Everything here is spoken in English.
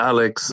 Alex